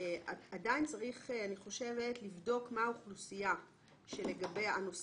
אני חושבת שעדיין צריך לבדוק מה האוכלוסייה הנוספת.